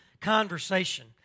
conversation